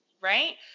right